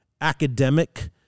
academic